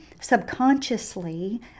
subconsciously